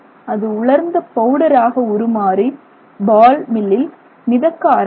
அது உலர்ந்த பவுடராக உருமாறி பால் மில்லில் மிதக்க ஆரம்பிக்கும்